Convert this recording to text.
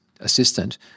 assistant